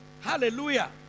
Hallelujah